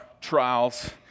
trials